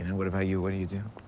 and what about you? what do you do?